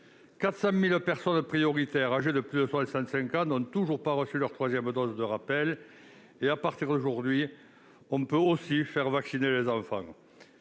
400 000 personnes prioritaires, âgées de plus de 65 ans, n'ont toujours pas reçu cette troisième dose de rappel. Et à partir d'aujourd'hui, l'on peut aussi faire vacciner les enfants.